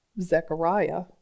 Zechariah